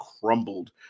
crumbled